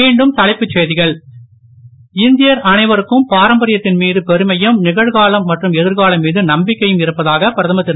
மீண்டும் தலைப்புச் செய்திகள் இந்தியர் அனைவருக்கும் பாரம்பரியத்தின் மீது பெருமையும் நிகழ்காலம் மற்றும் எதிர்காலம் மீது நம்பிக்கையும் இருப்பதாக பிரதமர் திரு